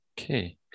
Okay